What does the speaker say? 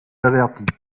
avertis